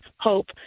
hope